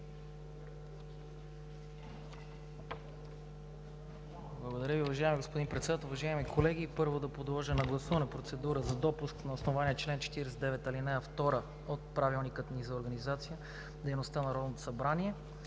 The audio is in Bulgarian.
Благодаря Ви, уважаеми господин Председател. Уважаеми колеги, първо да подложа на гласуване процедура за допуск на основание чл. 49, ал. 2 от Правилника за организацията